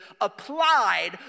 applied